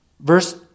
Verse